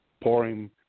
pouring